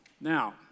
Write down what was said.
Now